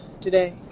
today